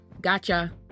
gotcha